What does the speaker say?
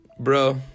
Bro